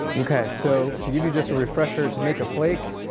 okay, so so give you just a refresher to make a flake.